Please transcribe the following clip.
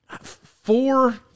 four